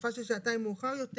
בתקופה של שעתיים מאוחר יותר